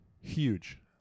huge